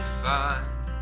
fine